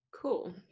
cool